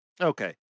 Okay